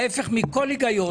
ההפך מכל היגיון,